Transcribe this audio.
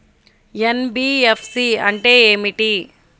NBFC అంటే ఏమిటి?